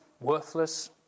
worthless